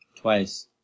Twice